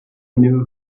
knew